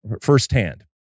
firsthand